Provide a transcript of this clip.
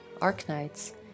Arknights